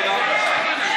כן.